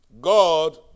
God